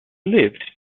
lived